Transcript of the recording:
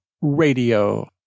radio